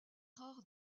rare